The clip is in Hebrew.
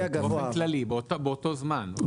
באופן כללי, באותו הזמן.